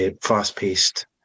fast-paced